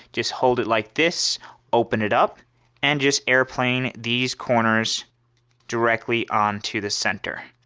just hold it like this open it up and just airplane these corners directly on to the center